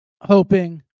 hoping